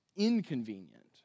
Inconvenient